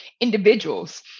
individuals